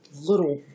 little